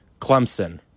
Clemson